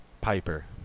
Piper